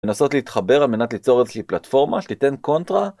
לנסות להתחבר על מנת ליצור איזושהי פלטפורמה שתיתן קונטרה